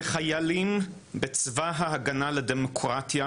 כחיילים בצבא ההגנה לדמוקרטיה,